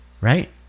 right